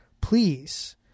please